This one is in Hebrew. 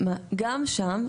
גם שם,